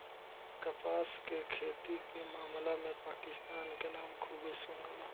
कपास के खेती के मामला में पाकिस्तान के नाम खूबे सुनाला